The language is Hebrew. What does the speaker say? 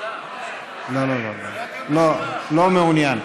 לא מעוניין,